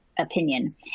opinion